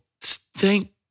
Thank